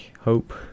hope